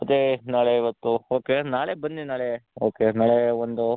ಅದೆ ನಾಳೆ ಇವತ್ತು ಓಕೆ ನಾಳೆ ಬನ್ನಿ ನಾಳೆ ಓಕೆ ನಾಳೆ ಒಂದು